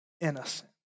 innocent